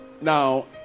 now